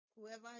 whoever